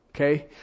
Okay